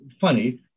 funny